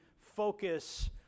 focus